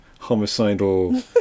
homicidal